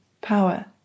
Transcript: power